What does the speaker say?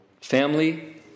family